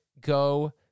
go